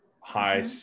high